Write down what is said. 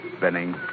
Benning